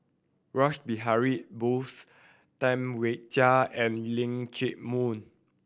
Rash Behari Bose Tam Wai Jia and Leong Chee Mun